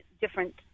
different